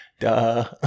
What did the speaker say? Duh